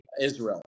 Israel